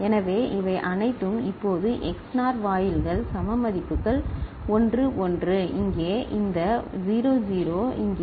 எனவே இவை அனைத்தும் இப்போது XNOR வாயில்கள் சம மதிப்புகள் 1 1 இங்கே இந்த 0 0 இங்கே 1 1 இங்கே